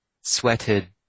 sweated